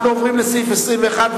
אנחנו עוברים לסעיף 21,